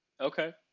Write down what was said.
Okay